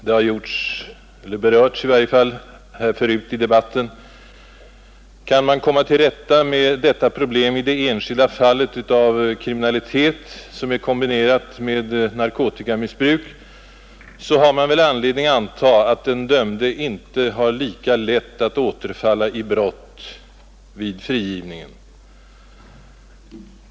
Det har berörts förut i debatten. Kan man komma till rätta med detta problem i det enskilda — Nr 54 fallet av kriminalitet som är kombinerad med narkotikamissbruk, så finns Fredagen den det väl anledning anta att den dömde inte har lika lätt att återfalla i brott 7 april 1972 vid frigivningen.